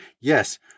yes